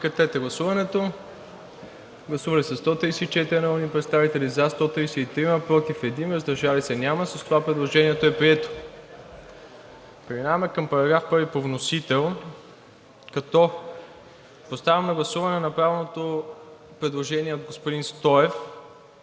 Преминаваме към § 1 по вносител, като поставям на гласуване направеното предложение от господин Стоев,